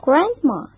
Grandma